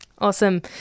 Awesome